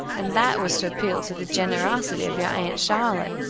and that was to appeal to the generosity of your aunt charlotte.